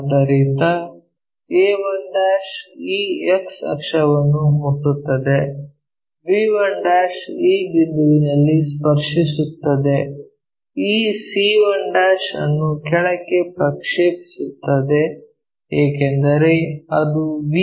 ಆದ್ದರಿಂದ a1 ಈ x ಅಕ್ಷವನ್ನು ಮುಟ್ಟುತ್ತದೆ b1 ಈ ಬಿಂದುವಿನಲ್ಲಿ ಸ್ಪರ್ಶಿಸುತ್ತದೆ ಈ c1 ಅನ್ನು ಕೆಳಕ್ಕೆ ಪ್ರಕ್ಷೇಪಿಸುತ್ತದೆ ಏಕೆಂದರೆ ಅದು ವಿ